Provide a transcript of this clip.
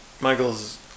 Michael's